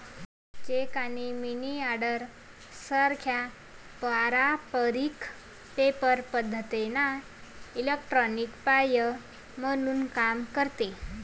check आणि money order सारख्या पारंपारिक पेपर पद्धतींना इलेक्ट्रॉनिक पर्याय म्हणून काम करते